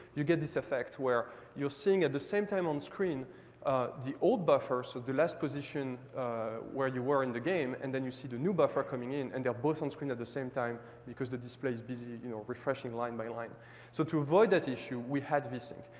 you get this effect where you're seeing at the same time on the screen the old buffer, so the last position where you were in the game and then you see the new buffer coming in and they're both on the screen at the same time because the display is busy you know refreshing line by line. so to avoid that issue we had vsync.